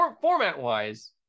Format-wise